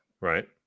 Right